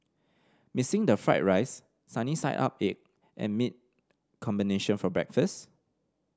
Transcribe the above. missing the fried rice sunny side up egg and meat combination for breakfast